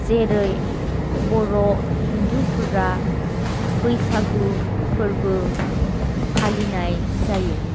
जेरै बर' हिन्दुफोरा बैसागु फोरबो फालिनाय जायो